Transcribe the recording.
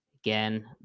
again